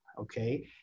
okay